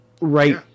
right